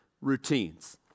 routines